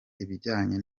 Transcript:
bijyanye